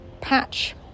patch